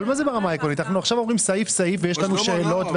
שיגידו ברמה העקרונית מה הם רוצים.